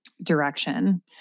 direction